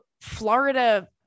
Florida